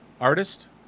Artist